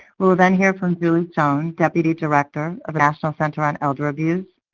we will then hear from julie schoen, deputy director of national center on elder abuse.